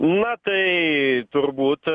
na tai turbūt